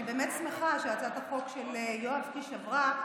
אני באמת שמחה שהצעת החוק של יואב קיש עברה,